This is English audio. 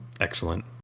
Excellent